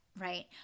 right